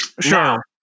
Sure